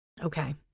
Okay